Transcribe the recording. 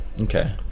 Okay